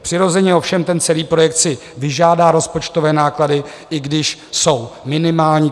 Přirozeně ovšem celý projekt si vyžádá rozpočtové náklady, i když jsou minimální.